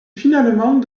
finalement